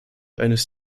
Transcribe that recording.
eines